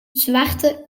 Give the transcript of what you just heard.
zwarte